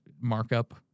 markup